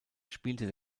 spielte